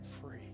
free